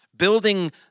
building